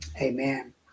amen